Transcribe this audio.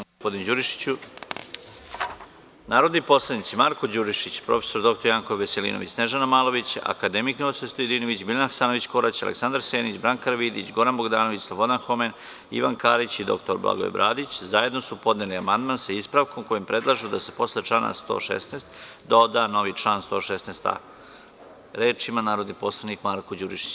Narodni poslanici Marko Đurišić, prof. dr Janko Veselinović, Snežana Malović, akademik Ninoslav Stojadinović, Biljana Hasanović Korać, Aleksandar Senić, Branka Karavidić, Goran Bogdanović, Slobodan Homen, Ivan Karić i dr Blagoje Bradić, zajedno su podneli amandman, sa ispravkom, kojim predlažu da se posle člana 116. doda novi član 116a. Reč ima narodni poslanik Marko Đurišić.